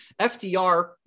FDR